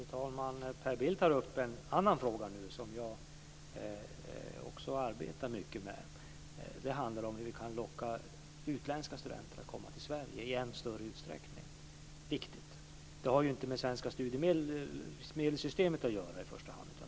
Fru talman! Nu tar Per Bill upp en annan fråga som jag också arbetar mycket med. Den handlar om hur vi kan locka utländska studenter att komma till Sverige i ännu större utsträckning. Det är viktigt. Det har inte med det svenska studiemedelssystemet att göra i första hand.